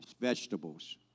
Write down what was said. vegetables